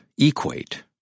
equate